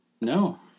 No